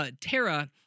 Tara